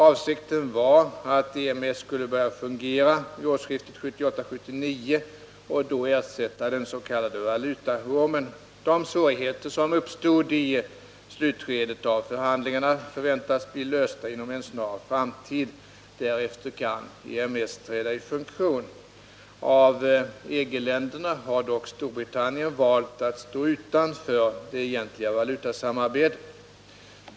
Avsikten var att EMS skulle börja fungera vid årsskiftet 1978 1979 och då ersätta den s.k. valutaormen. De svårigheter som uppstod i slutskedet av förhandlingarna förväntas bli lösta inom en snar framtid. Därefter kan EMS träda i funktion. Av EG-länderna har dock Storbritannien valt att stå utanför det egentliga valutasamarbetet.